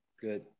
Good